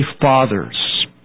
fathers